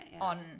on